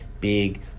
big